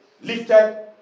lifted